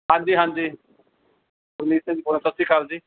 ਹਾਂਜੀ ਹਾਂਜੀ ਗੁਰਮੀਤ ਸਿੰਘ ਸਤਿ ਸ਼੍ਰੀ ਅਕਾਲ ਜੀ